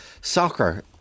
Soccer